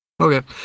Okay